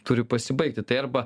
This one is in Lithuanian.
turi pasibaigti tai arba